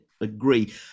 agree